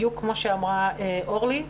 בדיוק כמו שאמרה אורלי.